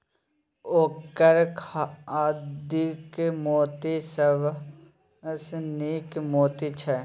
ओकर खाधिक मोती सबसँ नीक मोती छै